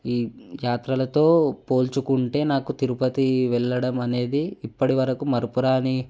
ఈ యాత్రలతో పోల్చుకుంటే నాకు తిరుపతి వెళ్ళడం అనేది ఇప్పటివరకు మరపురాని